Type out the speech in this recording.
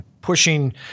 pushing